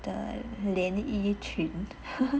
the 连衣裙